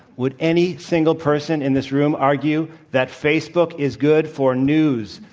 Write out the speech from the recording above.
would any single person in this room argue that facebook is good for news,